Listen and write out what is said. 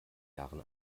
jahren